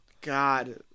God